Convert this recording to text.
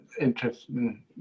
interesting